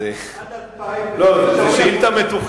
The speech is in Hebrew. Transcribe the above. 3. מה הן תוכניות המשרד להמשך